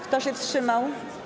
Kto się wstrzymał?